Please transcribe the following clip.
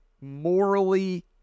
morally